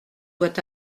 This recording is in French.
doit